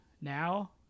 Now